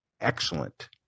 Excellent